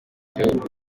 gihugu